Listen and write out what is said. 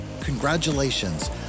Congratulations